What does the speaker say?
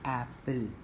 apple